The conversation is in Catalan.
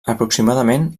aproximadament